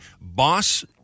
Boss